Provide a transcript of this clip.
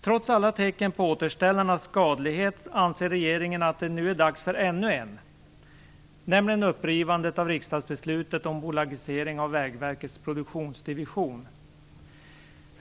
Trots alla tecken på återställarnas skadlighet anser regeringen att det nu är dags för ännu en, nämligen upprivandet av riksdagsbeslutet om bolagisering av Vägverkets produktionsdivision.